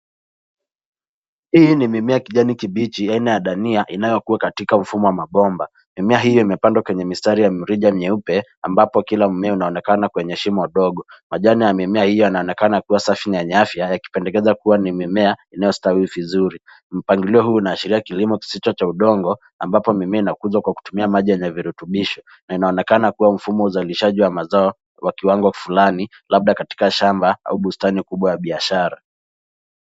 Hii ni mimea gani kibichi aina ya dania inayokuweka katika mfumo wa mabomba mimea hiyo imepandwa kwenye mistari ya mirija nyeupe ambapo kila mimea unaonekana kwenye shimo ndogo ,majani ya mimea hiyo yanaonekana akiwa safi na afya yakipendekeza kuwa ni mimea inayostawi vizuri, mpangilio huu unaashiria kilimo kisicho cha udongo ambapo mimea inakuja kwa kutumia maji yenye virutubisho na inaonekana kuwa mfumo uzalishaji wa mazao kwa kiwango fulani labda katika shamba au bustani kubwa ya biashara.